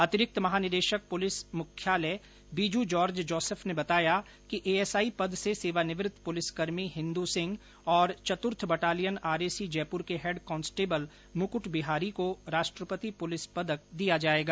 अतिरिक्त महानिदेशक पुलिस मुख्यालय बीजू जॉर्ज जोसफ ने बताया कि एएसआई पद से सेवानिवृत पुलिसकर्मी हिंदू सिंह और चतुर्थ बटालियन आरएसी जयपुर के हैड कांस्टेबल मुक्ट बिहारी को राष्ट्रपति पुलिस पदक दिया जायेगा